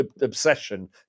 obsession